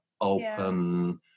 open